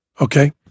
Okay